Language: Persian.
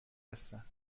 هستن